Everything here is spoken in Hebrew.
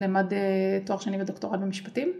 למד תואר שני בדוקטורט במשפטים